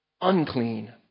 unclean